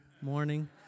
morning